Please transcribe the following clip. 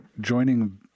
joining